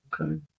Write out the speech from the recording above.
Okay